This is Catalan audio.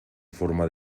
forma